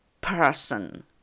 person